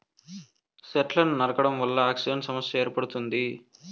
సెట్లను నరకడం వల్ల ఆక్సిజన్ సమస్య ఏర్పడుతుంది